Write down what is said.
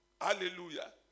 Hallelujah